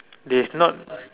theirs not